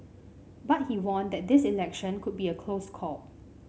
but he warned that this election could be a close call